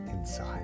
inside